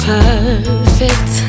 perfect